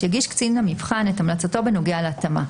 יגיש קצין המבחן את המלצתו בנוגע להתאמה,